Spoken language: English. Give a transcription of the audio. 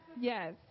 Yes